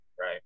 Right